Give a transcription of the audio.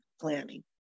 planning